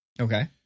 Okay